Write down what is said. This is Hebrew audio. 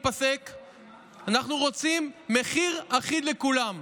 אנחנו רוצים מחיר אחיד לכולם.